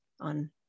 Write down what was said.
on